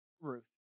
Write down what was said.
Ruth